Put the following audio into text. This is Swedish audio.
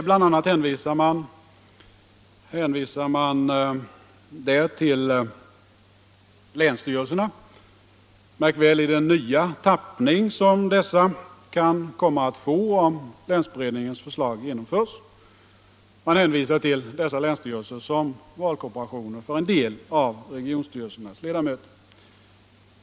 Bl.a. hänvisar man där till länsstyrelserna — märk väl i den nya tappning som dessa kan komma att få om länsberedningens förslag genomförs — som valkorporationer för en del av regionstyrelsernas ledamöter.